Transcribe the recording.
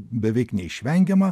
beveik neišvengiama